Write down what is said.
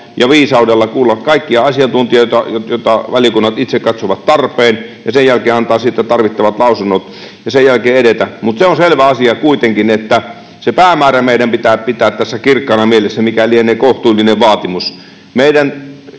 viisaudella kuulla kaikkia asiantuntijoita, joiden valiokunnat itse katsovat olevan tarpeen ja sen jälkeen antaa siitä tarvittavat lausunnot ja sen jälkeen edetä. Mutta se on selvä asia kuitenkin, että se päämäärä meidän pitää pitää tässä kirkkaana mielessä, mikä lienee kohtuullinen vaatimus.